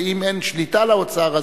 ואם אין שליטה לאוצר,